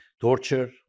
torture